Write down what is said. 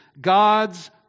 God's